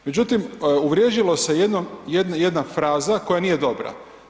Međutim, uvriježila se jedna fraza koja nije dobra.